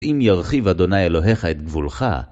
אם ירחיב אדוני אלוהיך את גבולך.